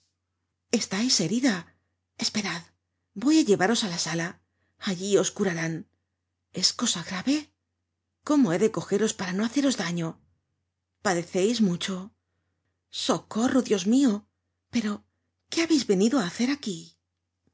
estais herida esperad voy á llevaros á la sala allí os curarán es cosa grave cómo he de cogeros para no haceros daño padeceis mucho socorro dios mio pero qué habeis venido á hacer aquí